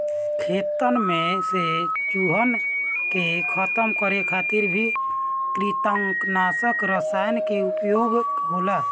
खेतन में से चूहन के खतम करे खातिर भी कृतंकनाशक रसायन के उपयोग होला